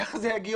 איך זה הגיוני?